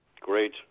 Great